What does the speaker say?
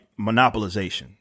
monopolization